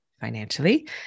financially